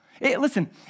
Listen